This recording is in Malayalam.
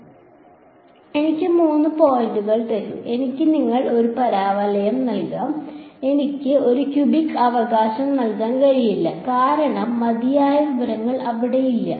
അതിനാൽ എനിക്ക് മൂന്ന് പോയിന്റുകൾ തരൂ എനിക്ക് നിങ്ങൾക്ക് ഒരു പരവലയം നൽകാം എനിക്ക് നിങ്ങൾക്ക് ഒരു ക്യൂബിക് അവകാശം നൽകാൻ കഴിയില്ല കാരണം മതിയായ വിവരങ്ങൾ അവിടെ ഇല്ല